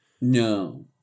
no